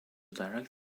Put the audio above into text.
direct